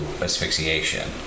asphyxiation